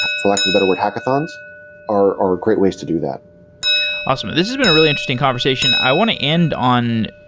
for lack of a better word, hackathons are are great ways to do that awesome. this has been a really interesting conversation. i want to end on,